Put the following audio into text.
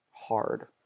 hard